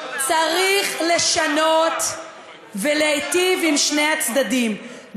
צריך לשנות ולהיטיב עם שני הצדדים,